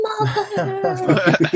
mother